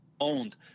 owned